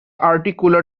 articular